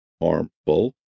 harmful